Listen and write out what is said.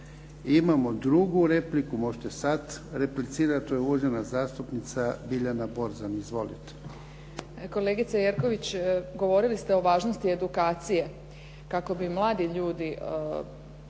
Imamo drugu repliku, možete sada replicirati, uvažena zastupnica Biljana Borzan. Izvolite. **Borzan, Biljana (SDP)** Kolegice Jerković, govorili ste o važnosti edukacije kako bi mladi ljudi